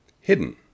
hidden